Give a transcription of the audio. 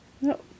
no